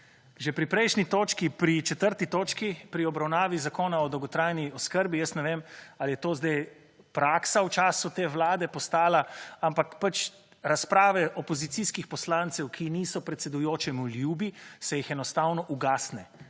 Že pri prejšnji točki pri 4. točki pri obravnavi Zakona o dolgotrajni oskrbi jaz ne vem ali je to daj praksa v času te vlade postala, ampak razprave opozicijskih poslancev, ki niso predsedujočemu ljubi, se jih enostavno ugasne